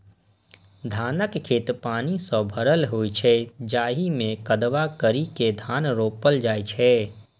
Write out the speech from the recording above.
धानक खेत पानि सं भरल होइ छै, जाहि मे कदबा करि के धान रोपल जाइ छै